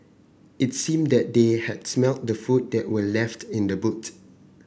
it seemed that they had smelt the food that were left in the boot